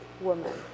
woman